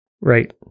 Right